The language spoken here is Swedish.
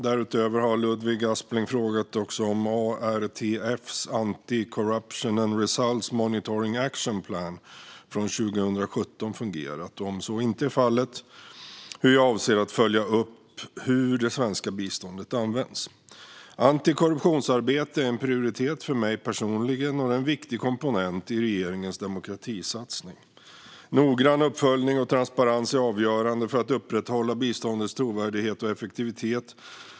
Därutöver har Ludvig Aspling frågat om ARTF:s Anti-Corruption and Results Monitoring Action Plan från 2017 fungerat och, om så inte är fallet, hur jag avser att följa upp hur det svenska biståndet används. Antikorruptionsarbete är en prioritet för mig personligen och en viktig komponent i regeringens demokratisatsning. Noggrann uppföljning och transparens är avgörande för att upprätthålla biståndets trovärdighet och effektivitet.